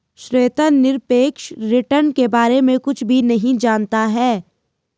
श्वेता निरपेक्ष रिटर्न के बारे में कुछ भी नहीं जनता है